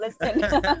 listen